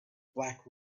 black